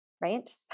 right